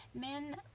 men